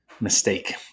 mistake